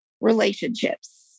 relationships